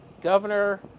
Governor